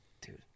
dude